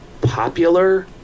popular